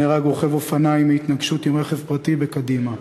נהרג רוכב אופניים בהתנגשות עם רכב פרטי בקדימה.